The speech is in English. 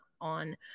on